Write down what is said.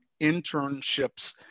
internships